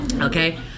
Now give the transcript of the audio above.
Okay